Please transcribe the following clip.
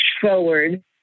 forward